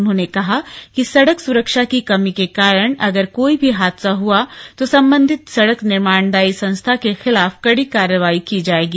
उन्होंने कहा कि सड़क सुरक्षा की कमी के कारण अगर कोई भी हादसा हुआ तो संबधित सड़क निर्माणदायी संस्था के खिलाफ कड़ी कार्रवाई की जाएगी